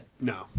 No